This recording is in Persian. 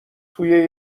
توی